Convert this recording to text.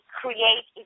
create